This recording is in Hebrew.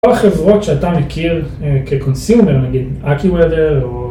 כל החברות שאתה מכיר כConsumer, נגיד AccuWeather או...